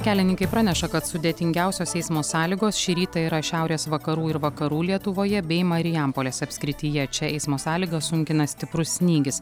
kelininkai praneša kad sudėtingiausios eismo sąlygos šį rytą yra šiaurės vakarų ir vakarų lietuvoje bei marijampolės apskrityje čia eismo sąlygas sunkina stiprus snygis